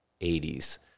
80s